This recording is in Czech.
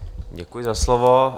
Děkuji za slovo.